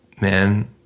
man